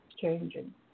changing